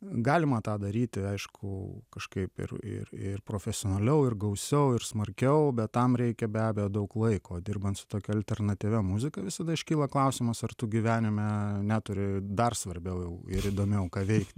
galima tą daryti aišku kažkaip ir ir ir profesionaliau ir gausiau ir smarkiau bet tam reikia be abejo daug laiko dirbant su tokia alternatyvia muzika visada iškyla klausimas ar tu gyvenime neturi dar svarbiau ir įdomiau ką veikt